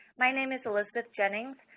my name is elizabeth jennings,